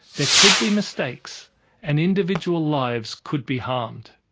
there could be mistakes and individual lives could be harmed.